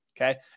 okay